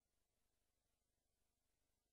כבר בזמן הקרוב לא תהיה חברת כנסת בישראל.